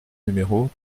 numéro